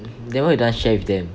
then why you don't share with them